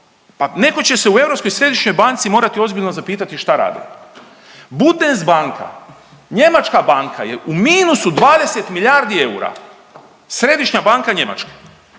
neko će se u Europskoj središnjoj banci morati ozbiljno zapitati šta rade. Bundesbanka, njemačka banka je u minusu 20 miljardi eura, Središnja banka Njemačke.